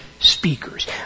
Speakers